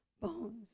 bones